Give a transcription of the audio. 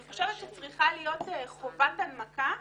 אני חושבת שצריכה להיות חובת הנמקה.